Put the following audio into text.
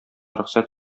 рөхсәт